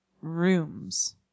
rooms